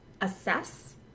assess